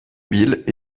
bill